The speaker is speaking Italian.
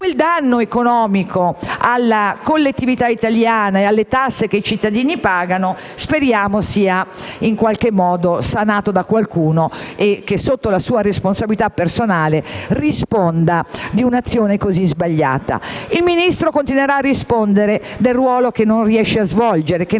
Quel danno economico arrecato alla collettività italiana e alle tasse che i cittadini pagano speriamo sia in qualche modo sanato da qualcuno che, sotto la sua responsabilità personale, risponda di un'azione così sbagliata. Il Ministro continuerà a rispondere del ruolo che non riesce a svolgere, che